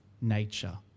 nature